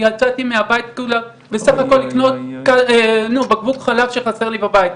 יצאתי מהבית בסך הכל לקנות בקבוק חלב שחסר לי בבית.